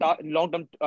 long-term